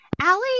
Allie